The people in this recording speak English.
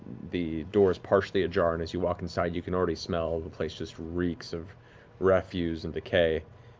the door's partially ajar, and as you walk inside you can already smell the place just reeks of refuse and decay.